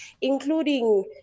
including